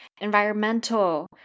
Environmental